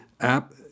app